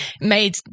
made